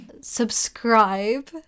subscribe